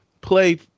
play